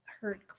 heard